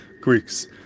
Greeks